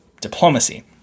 diplomacy